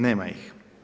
Nema ih.